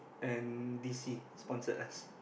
and d_c sponsored us